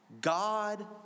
God